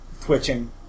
twitching